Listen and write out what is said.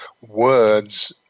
words